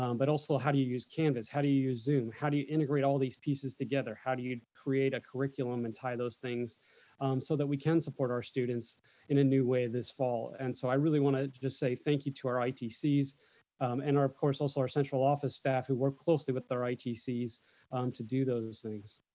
um but also how do you use canvas? how do you use zoom? how do you integrate all these pieces together? how do you create a curriculum and tie those things so that we can support our students in a new way this fall. and so i really wanna just say thank you to our itcs and of course, also our central office staff who work closely with their itcs to do those things.